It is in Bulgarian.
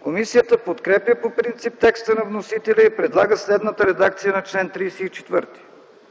„Комисията подкрепя по принцип текста на вносителя и предлага следната редакция на чл. 34: